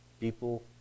People